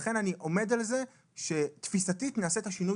לכן אני עומד על זה שתפיסתית נעשה את שינוי